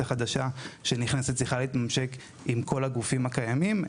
חדשה שנכנסת צריכה להתממשק עם כל הגופים הקיימים,